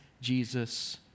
Jesus